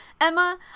Emma